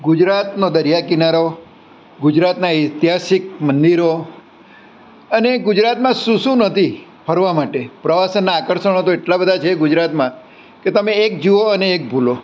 ગુજરાતનો દરિયા કિનારો ગુજરાતનાં ઐતિહાસિક મંદિરો અને ગુજરાતમાં શું શું નથી ફરવા માટે પ્રવાસનનાં આકર્ષણો તો એટલાં બધાં છે ગુજરાતમાં કે તમે એક જુઓ અને એક ભૂલો